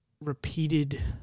repeated